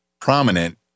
prominent